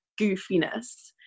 goofiness